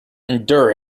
endure